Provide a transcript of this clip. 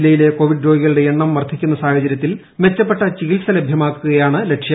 ജില്ലയിലെ കോവിഡ് രോഗികളുടെ എണ്ണം വർധിക്കുന്ന സാഹചര്യത്തിൽ മെച്ചപ്പെട്ട ചികിത്സ ലഭ്യമാക്കുകയാണ് ലക്ഷ്യം